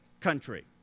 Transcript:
country